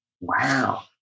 Wow